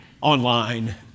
online